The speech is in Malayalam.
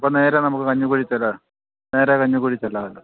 അപ്പം നേരെ നമുക്ക് കഞ്ഞിക്കുഴി ചില നേരെ കഞ്ഞിക്കുഴി ചെല്ലാമല്ലോ